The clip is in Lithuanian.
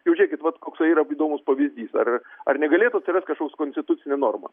jau žiūrėkit vat koks yra įdomus pavyzdys ar ar negalėtų atsirast kažkoks konstitucinė norma